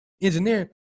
engineering